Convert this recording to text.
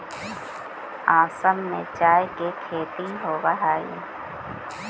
असम में चाय के खेती होवऽ हइ